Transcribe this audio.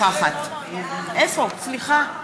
בעד אורלי לוי אבקסיס, בעד ז'קי לוי,